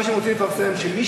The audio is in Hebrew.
מה שרוצים לפרסם הוא שמי,